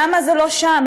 למה זה לא שם?